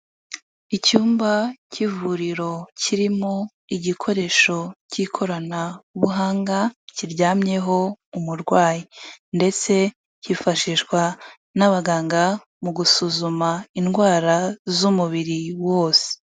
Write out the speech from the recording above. Icyumba cy'ivuriro kirimo igikoresho cy'ikoranabuhanga kiryamyeho umurwayi ndetse cyifashishwa n'abaganga mu gusuzuma indwara z'umubiri wose.